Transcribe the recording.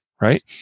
right